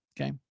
Okay